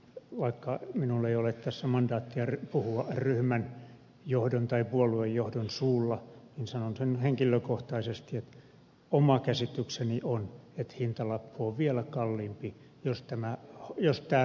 vaikka minulla ei ole tässä mandaattia puhua ryhmänjohdon tai puoluejohdon suulla niin sanon sen nyt henkilökohtaisesti että oma käsitykseni on että hintalappu on vielä kalliimpi jos tämä lyö kiville